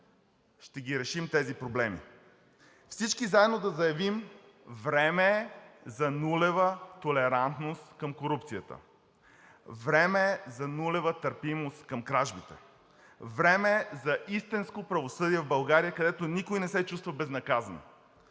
ще ги решим тези проблеми! Всички заедно да заявим: време е за нулева толерантност към корупцията; време е за нулева търпимост към кражбите; време е за истинско правосъдие в България, където никой не се чувства безнаказан;